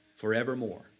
Forevermore